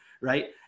right